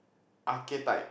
archetype